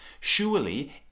Surely